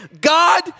God